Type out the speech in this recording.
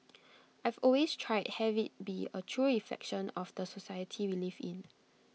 I've always tried have IT be A true reflection of the society we live in